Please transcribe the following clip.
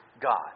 God